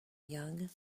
young